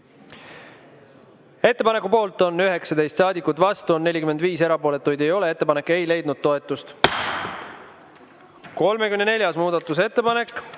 Ettepaneku poolt on 19 saadikut, vastu on 45, erapooletuid ei ole. Ettepanek ei leidnud toetust.34. muudatusettepanek,